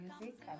music